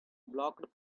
blocked